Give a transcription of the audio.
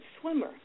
swimmer